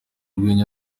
urwenya